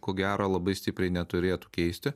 ko gero labai stipriai neturėtų keisti